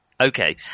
Okay